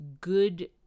good